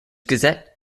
gazette